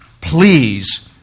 please